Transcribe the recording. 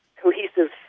cohesive